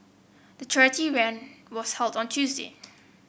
the charity run was held on Tuesday